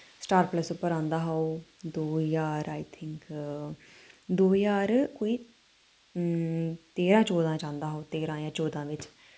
star Plus उप्पर औंदा हा ओ दो ज्हार आई थिंक दो ज्हार कोई तेरां चौदां च औंदा हा ओ तेरां जां चौदां बिच